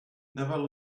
never